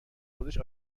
خودش